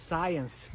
Science